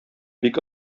бик